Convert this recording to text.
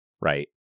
right